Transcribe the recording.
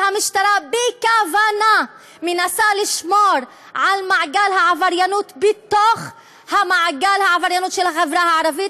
שהמשטרה בכוונה מנסה לשמור על מעגל העבריינות בתוך החברה הערבית,